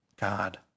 God